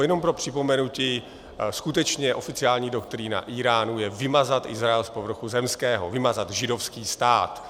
Jenom pro připomenutí, skutečně, oficiální doktrína Íránu je vymazat Izrael z povrchu zemského, vymazat židovský stát.